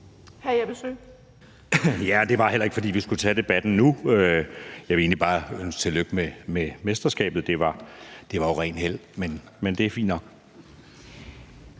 (M): Det var heller ikke, fordi vi skulle tage debatten nu. Jeg vil egentlig bare ønske tillykke med mesterskabet. Det var jo rent held, men det er fint nok.